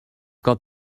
got